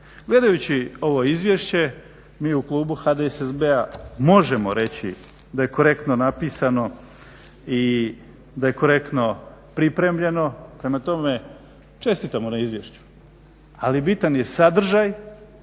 Gledajući ovo izvješće mi u klubu HDSSB-a možemo reći da je korektno napisano i da je korektno pripremljeno, prema tome čestitamo na izvješću, ali bitan je sadržaj